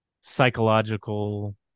psychological